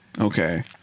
Okay